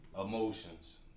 emotions